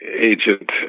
agent